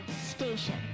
station